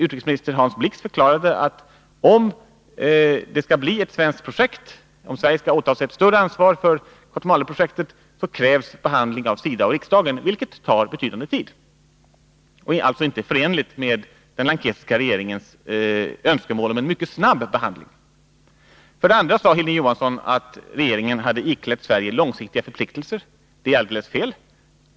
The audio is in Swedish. Utrikesminister Hans Blix förklarade att om Sverige skall åta sig ett större ansvar för Kotmaleprojektet krävs behandling av SIDA och riksdagen, vilket tar betydande tid och alltså inte är förenligt med den lankesiska regeringens önskemål om en mycket snabb behandling. För det andra sade Hilding Johansson att regeringen hade iklätt Sverige långsiktiga förpliktelser. Det är alldeles fel.